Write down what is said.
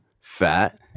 fat